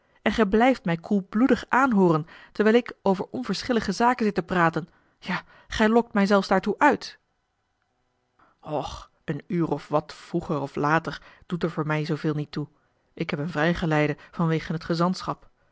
en gij blijft mij koelbloedig aanhooren terwijl ik over onverschillige zaken zit te praten ja gij lokt mij zelfs daartoe uit och een uur of wat vroeger of later doet er voor mij zooveel niet toe ik heb een vrijgeleide vanwege het gezantschap